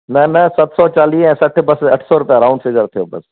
न न सत सौ चालीह ऐं सठि बसि अठ सौ रुपिया राउंड फ़िगर थियो बसि